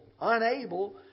unable